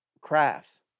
crafts